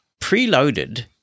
Preloaded